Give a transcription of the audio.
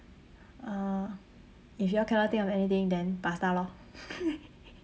uh if you all cannot think of anything then pasta lor